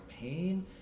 pain